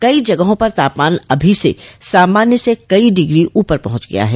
कई जगहों पर तापमान अभी स सामान्य से कई डिग्री ऊपर पहुंच गया है